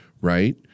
right